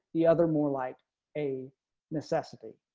the other more like a necessity.